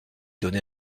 donné